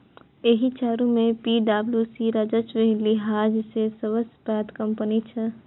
एहि चारू मे पी.डब्ल्यू.सी राजस्वक लिहाज सं सबसं पैघ कंपनी छै